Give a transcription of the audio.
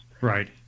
Right